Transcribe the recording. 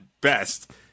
best